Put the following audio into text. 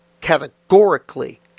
categorically